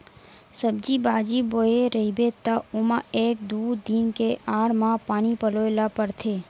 सब्जी बाजी बोए रहिबे त ओमा एक दू दिन के आड़ म पानी पलोए ल परथे